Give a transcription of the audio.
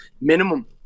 minimum